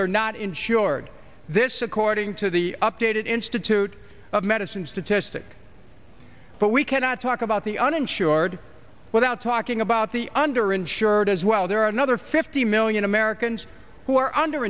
they're not insured this according to the updated institute of medicine statistic but we cannot talk about the uninsured without talking about the under insured as well there are another fifty million americans who are under